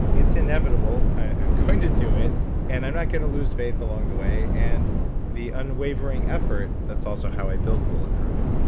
it's inevitable, i'm going to do it and i'm not going to lose faith along the way, and the unwavering effort, that's also how i built bulletproof.